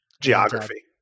Geography